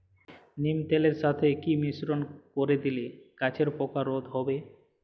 নিম তেলের সাথে কি মিশ্রণ করে দিলে গাছের পোকা রোধ হবে?